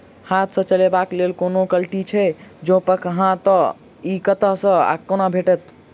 हाथ सऽ चलेबाक लेल कोनों कल्टी छै, जौंपच हाँ तऽ, इ कतह सऽ आ कोना भेटत?